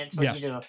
yes